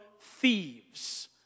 thieves